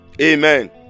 Amen